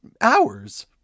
hours